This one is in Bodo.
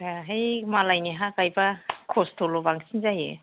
जायाहाय मालायनि हा गायबा खस्थ'ल' बांसिन जायो